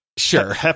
Sure